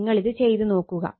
നിങ്ങളിത് ചെയ്ത് നോക്കുക